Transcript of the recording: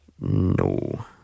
No